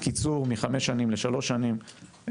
קיצור מחמש שנים לשלוש שנים.